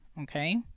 okay